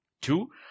Two